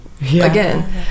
Again